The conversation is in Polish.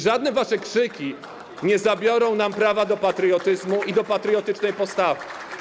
Żadne wasze krzyki nie zabiorą nam prawa do patriotyzmu i do patriotycznej postawy.